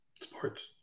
Sports